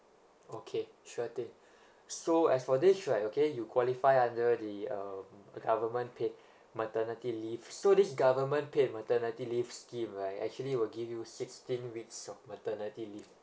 okay sure thing so as for this right okay you qualify under the uh the government paid maternity leave so this government paid maternity leave scheme like actually will give you sixteen weeks of maternity leave